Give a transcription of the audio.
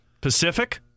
Pacific